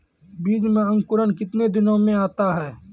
बीज मे अंकुरण कितने दिनों मे आता हैं?